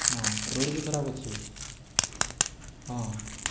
ହଁ ରୋଡ଼ ବି ଖରାପ ଅଛି ହଁ